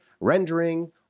rendering